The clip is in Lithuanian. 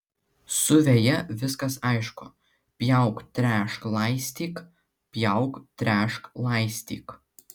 su veja viskas aišku pjauk tręšk laistyk pjauk tręšk laistyk